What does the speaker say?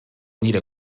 nire